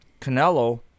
Canelo